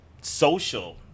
social